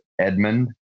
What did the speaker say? Edmund